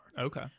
Okay